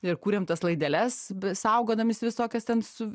ir kūrėm tas laideles saugodamiesi visokias ten su